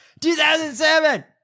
2007